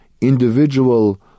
individual